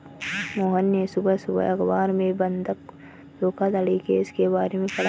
मोहन ने सुबह सुबह अखबार में बंधक धोखाधड़ी केस के बारे में पढ़ा